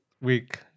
week